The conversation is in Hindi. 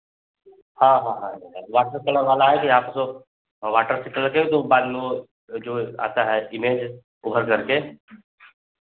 हाँ हाँ हैं वाटर कलर वाला है कि आप जो हाँ वाटर से कलर करें तो बाद में वह जो आता है इमेज उभर कर के